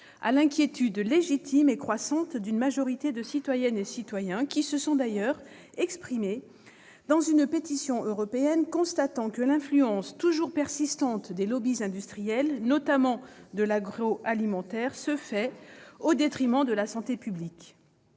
à l'inquiétude légitime et croissante d'une majorité de citoyennes et de citoyens, qui se sont d'ailleurs exprimés dans le cadre d'une pétition européenne, constatant que l'influence persistante des lobbies industriels, notamment de l'agroalimentaire, s'exerce au détriment de la santé publique.